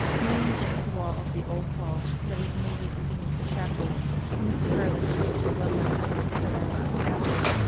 leaning against the wall of the old hall that is immediately beneath the chapel where mr. garlick and mr. ludlam said their last masses,